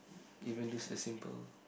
even do the simple